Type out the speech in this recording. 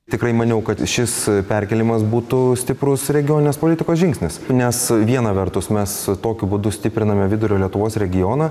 tikrai maniau kad šis perkėlimas būtų stiprus regioninės politikos žingsnis nes viena vertus mes tokiu būdu stipriname vidurio lietuvos regioną